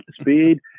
speed